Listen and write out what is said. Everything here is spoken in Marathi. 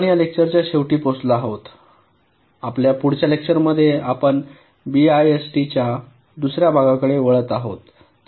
तर आपण या लेक्चरच्या शेवटी पोहोचलो आहोत आपल्या पुढच्या लेक्चरमध्ये आपण बीआयएसटीच्या दुसर्या भागाकडे वळत आहोत